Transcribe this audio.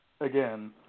Again